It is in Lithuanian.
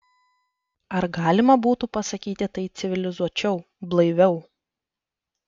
ar galima būtų pasakyti tai civilizuočiau blaiviau